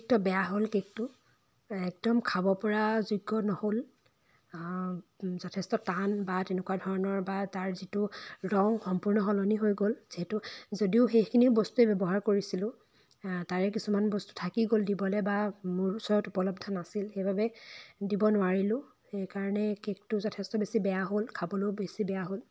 অতিৰিক্ত বেয়া হ'ল কেকটো একদম খাব পৰা যোগ্য নহ'ল যথেষ্ট টান বা তেনেকুৱা ধৰণৰ বা তাৰ যিটো ৰং সম্পূৰ্ণ সলনি হৈ গ'ল যিহেতু যদিও সেইখিনি বস্তুৱেই ব্যৱহাৰ কৰিছিলোঁ তাৰে কিছুমান বস্তু থাকি গ'ল দিবলৈ বা মোৰ ওচৰত উপলব্ধ নাছিল সেইবাবে দিব নোৱাৰিলোঁ সেই কাৰণে কেকটো যথেষ্ট বেছি বেয়া হ'ল খাবলৈও বেছি বেয়া হ'ল